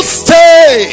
stay